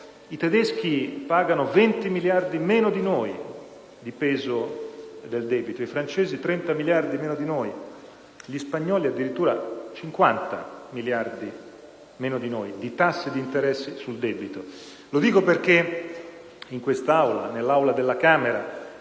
I tedeschi pagano 20 miliardi meno di noi in termini di peso del debito, i francesi 30 miliardi meno di noi, gli spagnoli addirittura 50 miliardi meno di noi di tassi di interesse sul debito; lo dico perché in quest'Aula, come nell'Aula della Camera